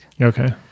Okay